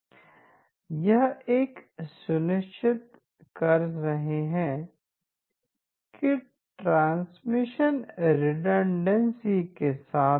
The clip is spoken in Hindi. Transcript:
हम यह सुनिश्चित कर रहे हैं कि ट्रांसमिशन रिडंडेंसी के साथ हो